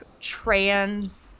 trans